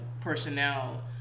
personnel